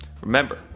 Remember